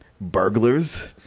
burglars